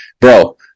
Bro